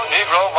Negro